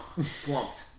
slumped